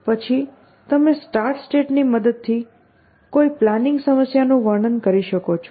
પછી તમે start state ની મદદ થી કોઈ પ્લાનિંગ સમસ્યાનું વર્ણન કરી શકો છો